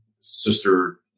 sister